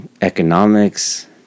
economics